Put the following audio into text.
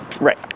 Right